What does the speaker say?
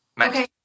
okay